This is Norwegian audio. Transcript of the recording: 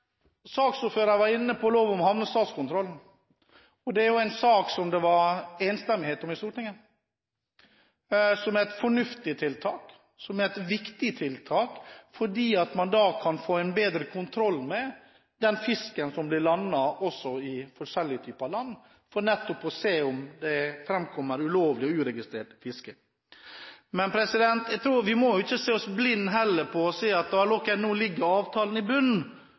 var inne på lov om havnestatskontroll. Det er en sak som det var enstemmighet om i Stortinget, som er et fornuftig tiltak og et viktig tiltak, fordi man da kan få en bedre kontroll med den fisken som blir landet i forskjellige typer land, for nettopp å se om det framkommer ulovlig, uregistrert fiske. Men jeg tror heller ikke vi må se oss blinde på at nå ligger avtalen i bunnen,